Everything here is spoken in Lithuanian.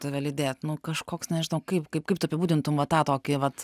tave lydėt nu kažkoks nežinau kaip kaip kaip tu apibūdintum va tą tokį vat